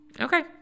Okay